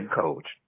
coach